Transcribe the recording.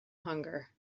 hunger